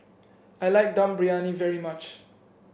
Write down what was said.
I like Dum Briyani very much